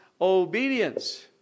obedience